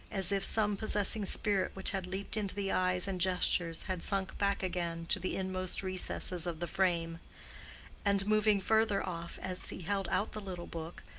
as if some possessing spirit which had leaped into the eyes and gestures had sunk back again to the inmost recesses of the frame and moving further off as he held out the little book,